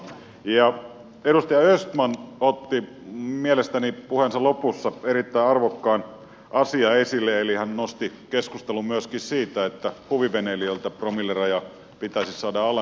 edustaja östman otti mielestäni puheensa lopussa erittäin arvokkaan asian esille eli hän nosti keskustelun myöskin siitä että huviveneilijöiltä promilleraja pitäisi saada alemmaksi